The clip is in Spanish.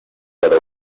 para